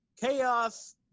Chaos